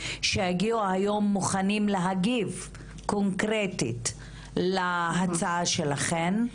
שיגיעו היום מוכנים להגיב קונקרטית להצעה שלכן.